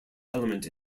element